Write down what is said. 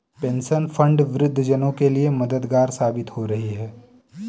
pension fund वृद्ध जनों के लिए मददगार साबित हो रही है